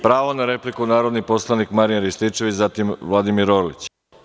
Pravo na repliku narodni poslanik Marijan Rističević, zatim Vladimir Orlić.